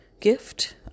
gift